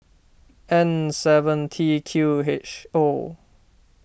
N seven T Q H O